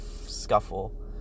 scuffle